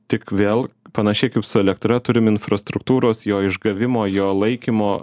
tik vėl panašiai kaip su elektra turim infrastruktūros jo išgavimo jo laikymo